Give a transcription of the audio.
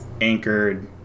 anchored